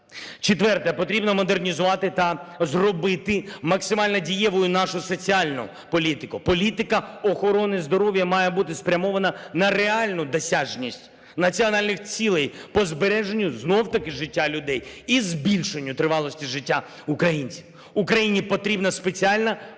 Четверте. Потрібно модернізувати та зробити максимально дієвою нашу соціальну політику. Політика охорони здоров'я має бути спрямована на реальну досяжність національних цілей по збереженню знов-таки життя людей і збільшення тривалості життя українців. Україні потрібна спеціальна політика